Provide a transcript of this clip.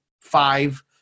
five